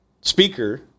speaker